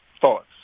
thoughts